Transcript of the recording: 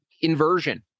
inversion